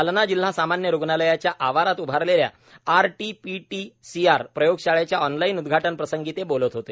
जालना जिल्हा सामान्य रुग्णालयाच्या आवारात प्रयोगशाळेच्या ऑनलाईन उद्धाटन प्रसंगी ते बोलत होते